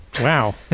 Wow